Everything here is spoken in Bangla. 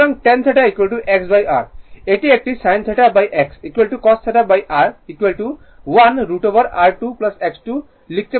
সুতরাং tan θ XR এটি একটি sin θX cos θR 1√ over R2 X2 লিখতে পারা যাবে